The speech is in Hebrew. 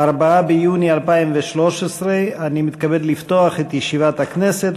4 ביוני 2013. אני מתכבד לפתוח את ישיבת הכנסת.